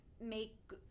make